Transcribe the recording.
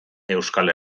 euskal